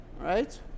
right